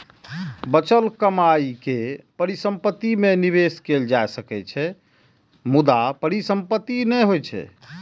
बचल कमाइ के परिसंपत्ति मे निवेश कैल जा सकै छै, मुदा परिसंपत्ति नै होइ छै